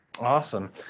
Awesome